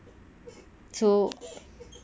so